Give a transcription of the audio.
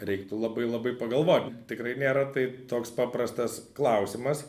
reiktų labai labai pagalvot tikrai nėra tai toks paprastas klausimas